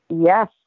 Yes